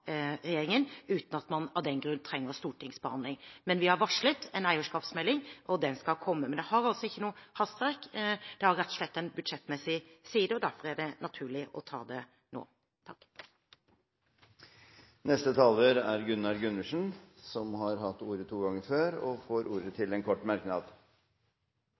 regjeringen, uten at man av den grunn trenger en stortingsbehandling. Men vi har varslet en eierskapsmelding, og den skal komme. Men det har altså ikke noen hast. Det har rett og slett en budsjettmessig side, derfor er det naturlig å ta det nå. Representanten Gunnar Gundersen har hatt ordet to ganger tidligere i debatten og får ordet til en kort merknad,